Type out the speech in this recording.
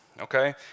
okay